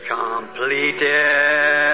completed